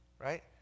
Right